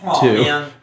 Two